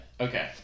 Okay